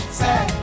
sad